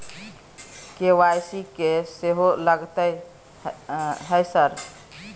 KYC की सेहो लगतै है सर?